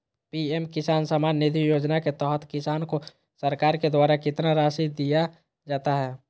PM किसान सम्मान निधि योजना के तहत किसान को सरकार के द्वारा कितना रासि दिया जाता है?